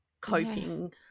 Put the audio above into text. coping